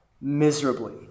miserably